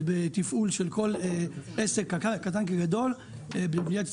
בתפעול של כל עסק קטן כגדול במדינת ישראל,